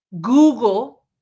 Google